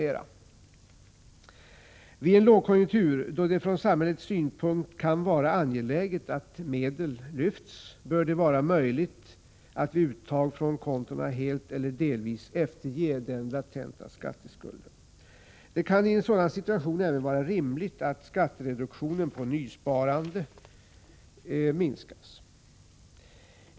Vid en lågkonjunktur bör det från samhällets synpunkt vara angeläget att medel lyfts, och det bör då vara möjligt att vid uttag från kontot helt eller delvis efterskänka den latenta skatteskulden. Det kan i en sådan situation även vara rimligt att skattereduktionen på nysparande minskas.